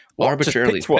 arbitrarily